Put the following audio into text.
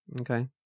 Okay